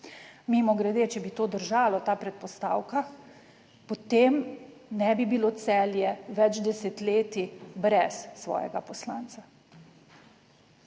Mimogrede, če bi to držalo, ta predpostavka, potem ne bi bilo Celje več desetletij brez svojega poslanca.